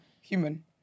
human